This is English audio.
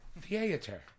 theater